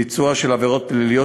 ביצוע של עבירות פליליות,